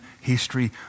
history